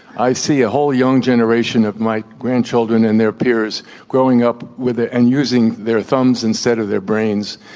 i see a whole young generation of my grandchildren and their peers growing up with their ah and using their thumbs instead of their brains.